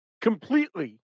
completely